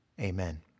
Amen